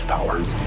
powers